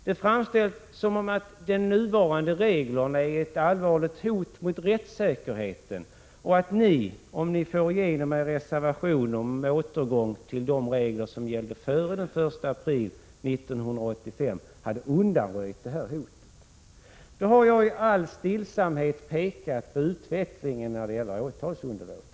Det framställs som om de nuvarande reglerna vore ett allvarligt hot mot rättssäkerheten och att ni, om ni får igenom förslaget i er reservation om återgång till de regler som gällde före den 1 april 1985, hade undanröjt detta hot. Jag har i all stillsamhet pekat på utvecklingen när det gäller åtalsunderlåtelserna.